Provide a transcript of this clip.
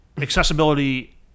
Accessibility